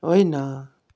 होइन